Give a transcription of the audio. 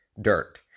Dirt